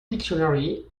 dictionary